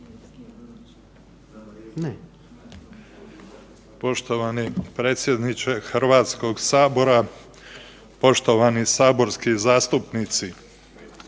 Poštovani predsjedniče Hrvatskog sabora, poštovani saborski zastupnici,